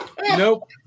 Nope